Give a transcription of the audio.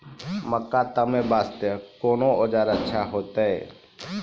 मक्का तामे वास्ते कोंन औजार अच्छा होइतै?